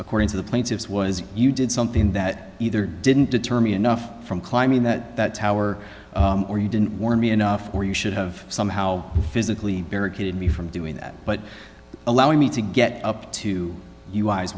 according to the plaintiff's was you did something that either didn't deter me enough from climbing that that tower or you didn't warn me enough or you should have somehow physically barricaded me from doing that but allowing me to get up to you eyes